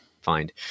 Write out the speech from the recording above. find